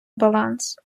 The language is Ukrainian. баланс